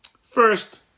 first